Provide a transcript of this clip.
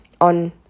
on